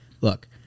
look